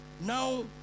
Now